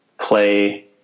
play